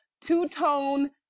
two-tone